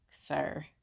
sir